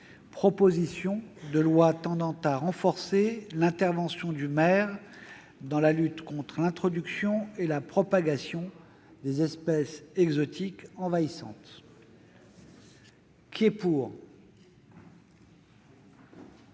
a pour objet de renforcer l'intervention du maire dans la lutte contre l'introduction et la propagation des espèces exotiques envahissantes, et tout